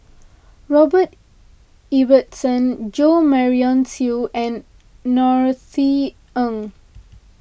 Robert Ibbetson Jo Marion Seow and Norothy Ng